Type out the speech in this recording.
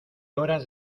horas